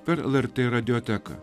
per lrt radioteką